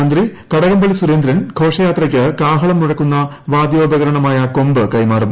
മന്ത്രി ശ്രീ കടകംപള്ളി സുരേന്ദ്രൻ ഘോഷയാത്രയ്ക്ക് കാഹളം മുഴക്കുന്ന വാദ്യോപകരണമായ കൊമ്പ് കൈമാറും